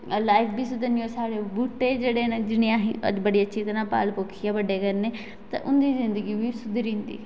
life बी सुधरनी ते और साढ़े बूहटे जेहडे़ ना जिनेंगी असें बड़ी अच्छी तरह पाली पोसियै बडे़ करने ते उंदी जिंदगी बी सुधरी जंदी